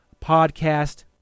podcast